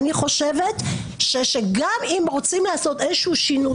אני חושבת שגם אם רוצים לעשות איזה שינוי,